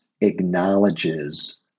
acknowledges